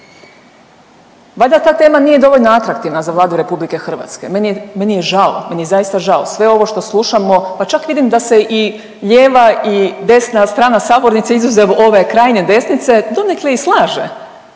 Valjda ta tema nije dovoljno atraktivna za Vladu RH. Meni je žao, meni je zaista žao. Sve ovo što slušamo, pa čak vidim da se i lijeva i desna strana sabornice izuzev ove krajnje desnice donekle i slaže